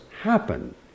happen